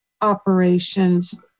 operations